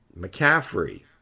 McCaffrey